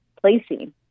placing